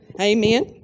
Amen